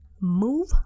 move